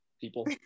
people